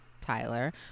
Tyler